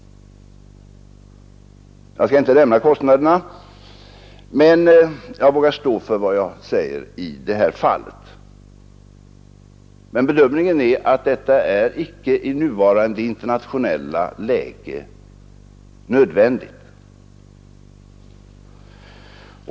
Jag skall inte nämna kostnaderna, men jag vågar stå för vad jag i detta fall säger. Bedömningen är emellertid att en förstärkning av beredskapen i nuvarande internationella läge inte är nödvändig.